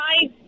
Hi